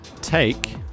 take